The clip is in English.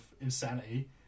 insanity